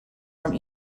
from